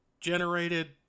generated